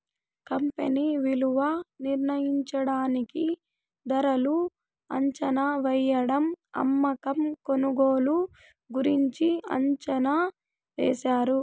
company విలువ నిర్ణయించడానికి ధరలు అంచనావేయడం అమ్మకం కొనుగోలు గురించి అంచనా వేశారు